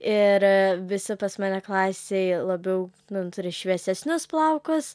ir visi pas mane klasėj labiau nu turi šviesesnius plaukus